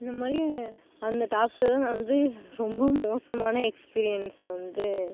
இந்த மாதிரி அந்த டாப்ஸை தான் நான் வந்து ரொம்ப மோசமான எக்ஸ்பீரியன்ஸை வந்து